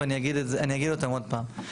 ואני אגיד אותם עוד פעם.